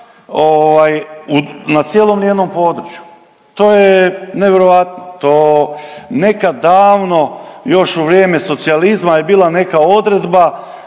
na cijelom njenom području, to je nevjerojatno, to nekad davno još u vrijeme socijalizma je bila neka odredba